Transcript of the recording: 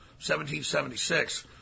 1776